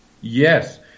Yes